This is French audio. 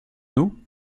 nous